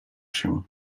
się